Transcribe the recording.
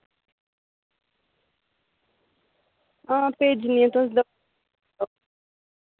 आं भेजनी आं तुस